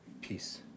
Peace